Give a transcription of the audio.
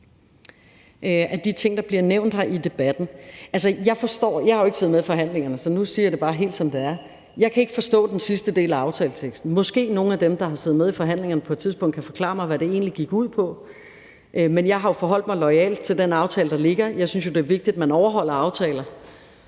Jeg har jo ikke siddet med i forhandlingerne, så nu siger jeg det bare helt, som det er: Jeg kan ikke forstå den sidste del af aftaleteksten. Måske kan nogle af dem, der har siddet med i forhandlingerne, på et tidspunkt forklare mig, hvad det egentlig gik ud på. Men jeg har jo forholdt mig loyalt til den aftale, der ligger. Jeg synes jo, det er vigtigt, at man overholder aftaler,